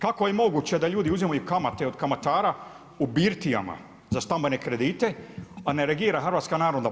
Kako je moguće da ljudi uzimaju kamate od kamatara u birtijama za stambene kredite, a ne reagira HNB?